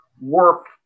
work